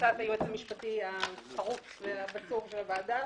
בהמלצת היועץ המשפטי החרוץ והמסור של הוועדה